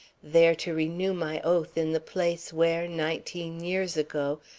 there to renew my oath in the place where, nineteen years ago,